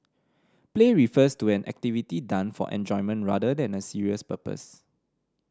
play refers to an activity done for enjoyment rather than a serious purpose